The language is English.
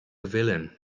villain